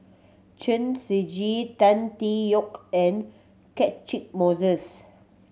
Chen Shiji Tan Tee Yoke and Catchick Moses